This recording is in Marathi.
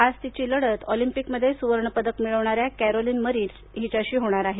आज तिची लढत ऑलिंपिकमध्ये सुवर्ण पदक मिळवणाऱ्या कॅरोलीन मरीन हिच्याशी होणार आहे